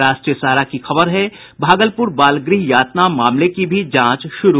राष्ट्रीय सहारा की खबर है भागलपुर बाल गृह यातना मामले की भी जांच शुरू